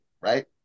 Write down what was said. right